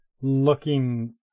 looking